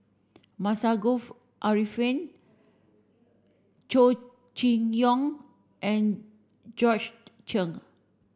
Masagos Zulkifli Chow Chee Yong and Georgette Chen